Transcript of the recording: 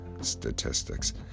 statistics